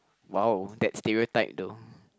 !wow! that stereotype though